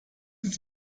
dies